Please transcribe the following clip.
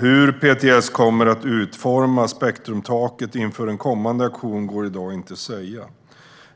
Hur PTS kommer att utforma spektrumtaket inför en kommande auktion går i dag inte att säga.